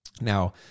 Now